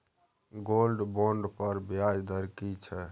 Gold bond पर ब्याज दर की छै?